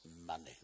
money